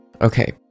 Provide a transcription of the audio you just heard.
Okay